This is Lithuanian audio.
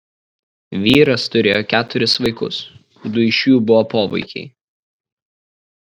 vyras turėjo keturis vaikus du iš jų buvo povaikiai